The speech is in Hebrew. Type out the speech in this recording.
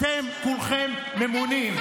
אתם כולכם ממונים.